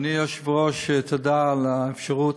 אדוני היושב-ראש, תודה על האפשרות.